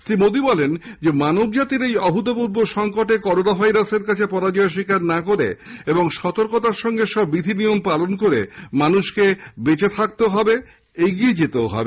শ্রী মোদী বলেন মানবজাতির এই অভূতপূর্ব সঙ্কটে করোনা ভাইরাসের কাছে পরাজয় স্বীকার না করে এবং সতর্কতার সঙ্গে সব বিধি নিয়ম পালন করে মানুষকে বেঁচে থাকতেও হবে এগোতেও হবে